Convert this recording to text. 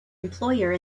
employer